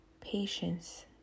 patience